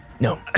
No